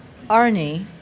Arnie